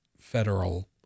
federal